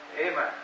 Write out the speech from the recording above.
Amen